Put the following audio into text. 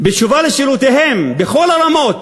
בתשובה על שאלותיהם בכל הרמות,